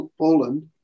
Poland